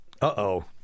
Uh-oh